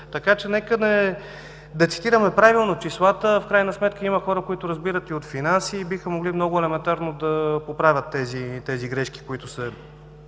през 2015 г. Да цитираме правилно числата. В крайна сметка има хора, които разбират и от финанси и биха могли много елементарно да поправят тези грешки, които се